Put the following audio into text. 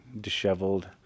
disheveled